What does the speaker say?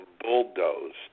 bulldozed